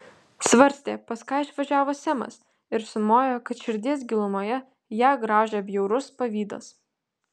svarstė pas ką išvažiavo semas ir sumojo kad širdies gilumoje ją graužia bjaurus pavydas